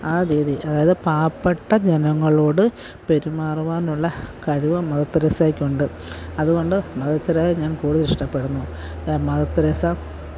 ആ രീതി അതായത് പാവപ്പെട്ട ജനങ്ങളോട് പെരുമാറുവാനുള്ള കഴിവ് മദര് തെരേസയ്ക്ക് ഉണ്ട് അതുകൊണ്ട് മദര് തെരേസയെ ഞാന് കൂടുതൽ ഇഷ്ടപ്പെടുന്നു മദര് തെരേസ